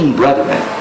brethren